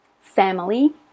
family